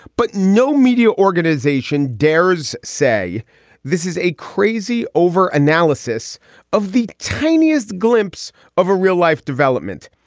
but no media organization dares say this is a crazy over analysis of the tiniest glimpse of a real life development.